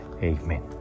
Amen